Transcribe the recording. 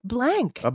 Blank